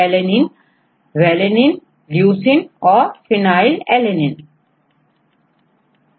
छात्र Valine alanine valine की तुलना में कम नॉनपोलर होता है क्यों